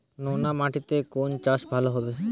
নোনা মাটিতে কোন চাষ ভালো হবে?